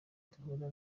duhura